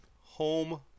home